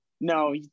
no